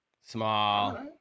small